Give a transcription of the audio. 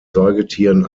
säugetieren